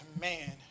man